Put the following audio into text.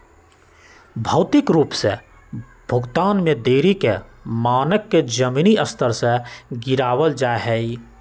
भौतिक रूप से भुगतान में देरी के मानक के जमीनी स्तर से गिरावल जा हई